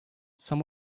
some